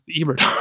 ebert